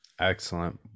Excellent